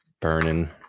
burning